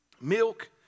Milk